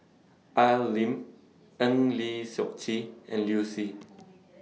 Al Lim Eng Lee Seok Chee and Liu Si